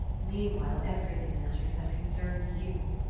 meanwhile everything matters that concerns you,